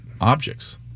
objects